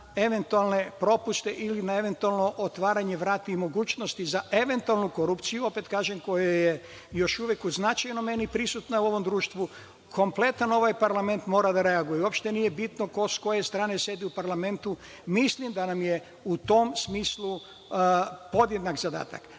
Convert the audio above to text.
eventualne propuste ili otvaranju vrata ili mogućnosti za korupciju, opet kažem koja je u značajnoj meri prisutna u ovom društvu, kompletan ovaj parlament mora da reaguje. Uopšte nije bitno ko sa koje strane sedi u parlamentu. Mislim da nam je u tom smislu podjednak zadatak.